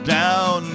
down